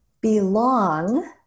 belong